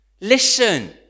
listen